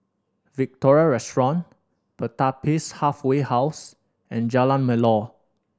Victoria Restaurant Pertapis Halfway House and Jalan Melor